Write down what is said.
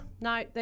no